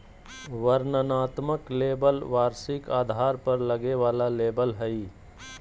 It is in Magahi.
वर्णनात्मक लेबल वार्षिक आधार पर लगे वाला लेबल हइ